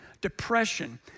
depression